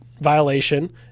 violation